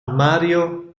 mario